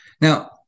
Now